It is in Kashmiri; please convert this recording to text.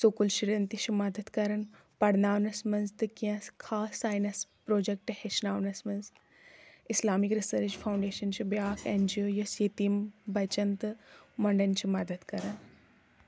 سکوٗل شُریٚن تہِ چھِ مدد کران پَرناونس منٛز تہٕ کیٚنٛہہ خاص سایٔنس پرٛوجیکٹ ہیٚچھناونس منٛز اسلامک ریسرچ فاؤنڈیشن چھِ بیٛاکھ این جی اوٗ یۄس یتیٖم بچن تہٕ مۄنٛڈن چھِ مدد کران